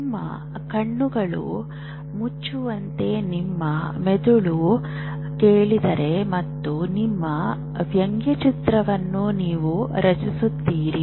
ನಿಮ್ಮ ಕಣ್ಣುಗಳನ್ನು ಮುಚ್ಚುವಂತೆ ನಿಮ್ಮ ಮೆದುಳನ್ನು ಕೇಳಿದರೆ ಮತ್ತು ನಿಮ್ಮ ವ್ಯಂಗ್ಯಚಿತ್ರವನ್ನು ನೀವು ರಚಿಸುತ್ತೀರಿ